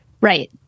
Right